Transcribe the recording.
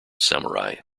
samurai